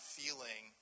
feeling